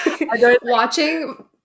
Watching